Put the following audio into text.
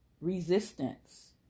resistance